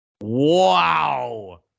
Wow